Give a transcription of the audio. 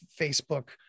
Facebook